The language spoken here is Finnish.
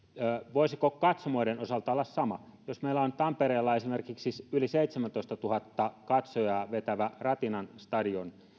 voisiko katsomoiden osalta olla sama jos meillä on tampereella esimerkiksi yli seitsemäntoistatuhatta katsojaa vetävä ratinan stadion